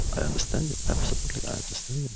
i understand. absolutely, i understand.